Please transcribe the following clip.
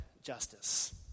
justice